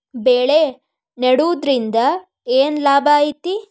ಬೆಳೆ ನೆಡುದ್ರಿಂದ ಏನ್ ಲಾಭ ಐತಿ?